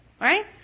right